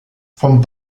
vom